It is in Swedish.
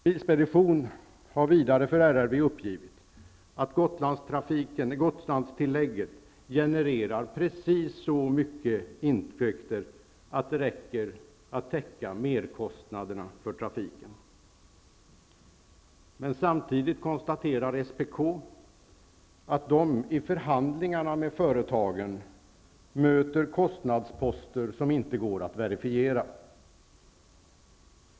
Bilspedition har vidare för RRV uppgivit att Gotlandstillägget genererar precis så mycket intäkter att det täcker merkostnaderna för trafiken. Samtidigt konstaterar SPK att de i förhandlingarna med företagen möter kostnadsposter som inte går att verifiera.